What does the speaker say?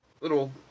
little